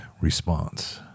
response